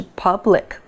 public